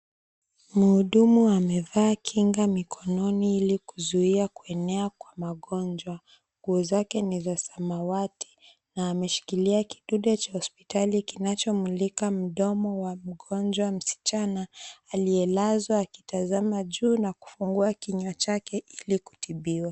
Muhudumu amevaa kinga mikononi ili kuzuia kuenea kwa magonjwa. Nguo zake ni za samawati na ameshikilia kidude cha hospitali kinachomulika mdomo wa mgonjwa msichana aliyelazwa akitazama juu na kufungua kinywa chake ili kutibiwa.